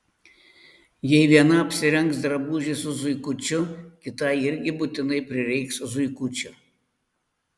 jei viena apsirengs drabužį su zuikučiu kitai irgi būtinai prireiks zuikučio